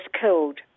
killed